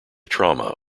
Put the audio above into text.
trauma